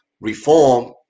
reform